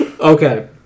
Okay